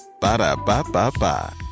Ba-da-ba-ba-ba